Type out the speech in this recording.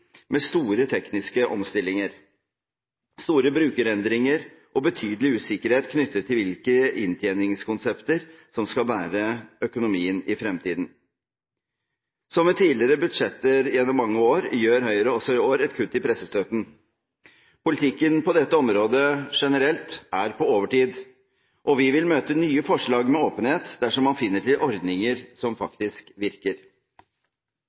med store tekniske omstillinger, store brukerendringer og betydelig usikkerhet knyttet til hvilke inntjeningskonsepter som skal bære økonomien i fremtiden. Som ved tidligere budsjetter gjennom mange år, gjør Høyre også i år et kutt i pressestøtten. Politikken på dette området generelt er på overtid, og vi vil møte nye forslag med åpenhet dersom man finner frem til ordninger som faktisk virker.